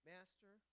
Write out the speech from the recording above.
Master